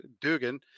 Dugan